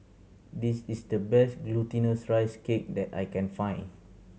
this is the best Glutinous Rice Cake that I can find